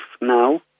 now